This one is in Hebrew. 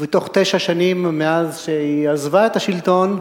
ובתוך תשע שנים מאז עזבה את השלטון,